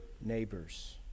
neighbors